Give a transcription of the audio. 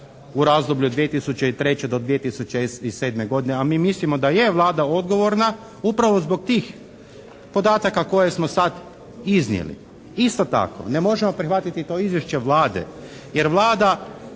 u razdoblju od 2003. do 2007. godine, a mi mislimo da je Vlada odgovorna upravo zbog tih podataka koje smo sad iznijeli. Isto tako ne možemo prihvatiti to izvješće Vlade jer Vlada